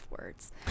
words